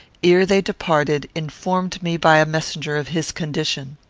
ere they departed, informed me by a messenger of his condition.